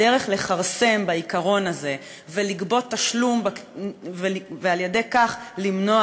הדרך לכרסם בעיקרון הזה ולגבות תשלום ועל-ידי כך למנוע